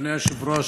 אדוני היושב-ראש,